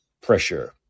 pressure